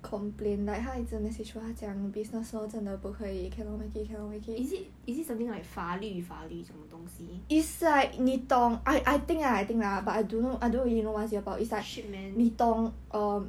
is it is it something like 法律法律这种东西 shit man